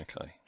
Okay